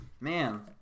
Man